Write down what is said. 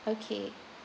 okay